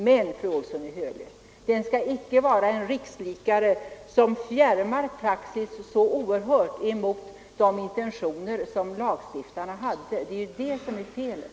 Men, fru Olsson i Hölö, den skall icke vara en rikslikare som fjärmar praxis så oerhört från de intentioner lagstiftaren hade — det är det som är felet.